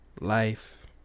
life